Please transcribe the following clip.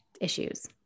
issues